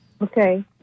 Okay